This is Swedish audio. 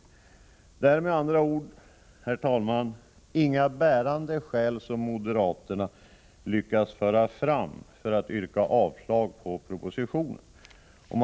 Det är med andra ord, herr talman, inga bärande skäl som moderaterna lyckats föra fram för att yrka avslag på propositionen.